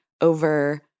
over